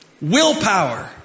Willpower